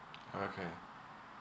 okay